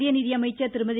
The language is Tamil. மத்திய நிதியமைச்சர் திருமதி